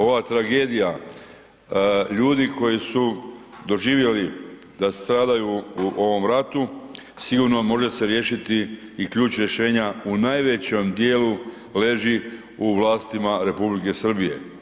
Ova tragedija ljudi koji su doživjeli da stradaju u ovom ratu, sigurno može se riješiti i ključ rješenja u najvećem dijelu leži u vlastima Republike Srbije.